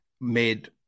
made